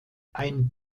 ein